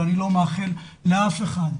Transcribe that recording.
ואני לא מאחל לאף אחד.